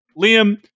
Liam